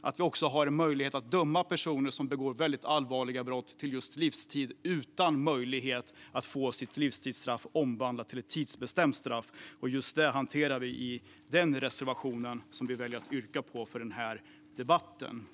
att kunna döma personer som begår väldigt allvarliga brott till just livstid utan möjlighet att få livstidsstraffet omvandlat till ett tidsbestämt straff. Just detta hanterar vi i den reservation som vi väljer att yrka bifall till i den här debatten.